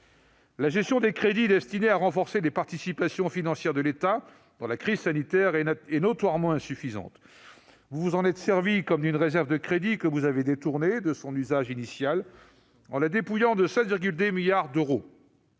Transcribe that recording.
La gestion des crédits destinés à renforcer les participations financières de l'État dans la crise sanitaire est notoirement insuffisante. Vous vous en êtes servis comme d'une réserve de crédits que vous avez détournée de son usage initial, en la dépouillant de 16,2 milliards d'euros.